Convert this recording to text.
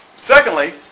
Secondly